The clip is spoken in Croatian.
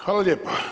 Hvala lijepa.